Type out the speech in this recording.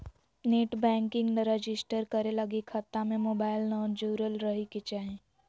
net banking register करे लगी खता में मोबाईल न जुरल रहइ के चाही